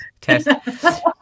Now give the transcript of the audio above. test